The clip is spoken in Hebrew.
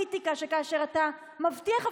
ההחלטה של המזכירות היא בריאות.